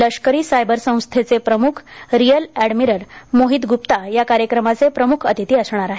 लष्करी सायबर संस्थेचे प्रम्ख रिअर ऍडमिरल मोहित गुप्ता या कार्यक्रमाचे प्रमुख अतिथी असणार आहेत